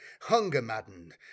hunger-maddened